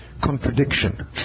contradiction